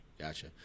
Gotcha